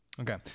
Okay